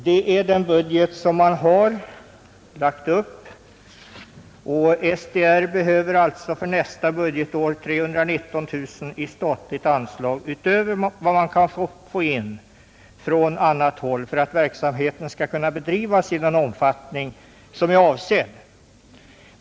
Det är den budget som förbundet har gjort upp och SDR behöver alltså för nästa budgetår 319 000 kronor i statliga anslag, utöver vad man kan få in från annat håll, för att verksamheten skall kunna bedrivas i avsedd omfattning.